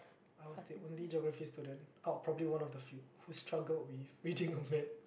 I was the only Geography student out of probably one of the few who struggled with reading a map